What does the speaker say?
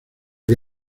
que